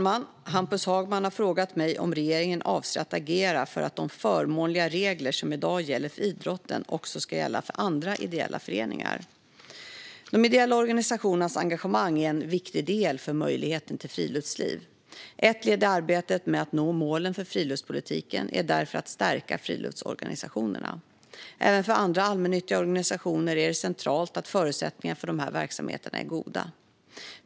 Fru talman! Hampus Hagman har frågat mig om regeringen avser att agera för att de förmånliga regler som i dag gäller för idrotten också ska gälla för andra ideella föreningar. De ideella organisationernas engagemang är en viktig del för möjligheten till friluftsliv. Ett led i arbetet med att nå målen för friluftspolitiken är därför att stärka friluftsorganisationerna. Även för andra allmännyttiga organisationer är det centralt att förutsättningarna för dessa verksamheter är goda.